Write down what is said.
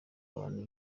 abantu